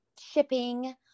Shipping